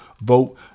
vote